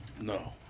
no